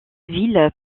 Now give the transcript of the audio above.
ville